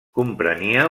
comprenia